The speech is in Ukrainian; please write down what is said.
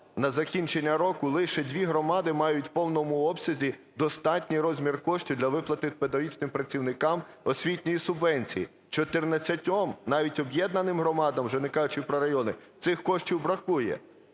на закінчення року лише дві громади мають в повному обсязі достатній розмір коштів для виплати педагогічним працівникам освітньої субвенції, 14-ом навіть об'єднаним громадам, вже не кажучи про райони, цих коштів бракує.